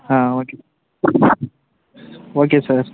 ah okay okay sir